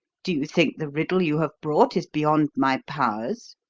do you think the riddle you have brought is beyond my powers?